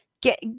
get